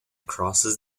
crosses